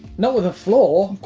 not with the floor.